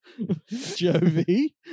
Jovi